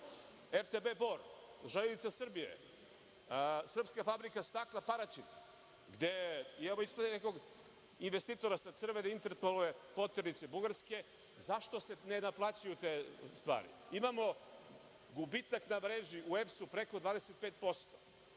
RTB Bor, Srpska fabrika stakla Paraćin gde smo imali nekog investitora sa crvene Interpolove poternice Bugarske. Zašto se ne naplaćuju te stvari? Imamo gubitak na mreži u EPS preko 25%,